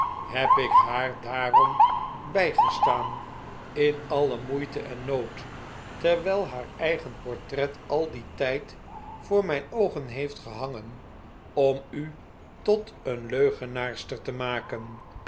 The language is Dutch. heb ik haar daarom bijgestaan in alle moeite en nood terwijl haar eigen portret al dien tijd voor mijn oogen heeft gehangen om u tot een leugenaarster te maken